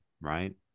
right